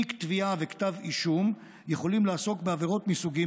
תיק תביעה וכתב אישום יכולים לעסוק בעבירות מסוגים